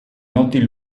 noti